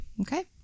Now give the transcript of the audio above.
okay